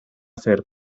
hacer